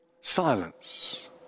silence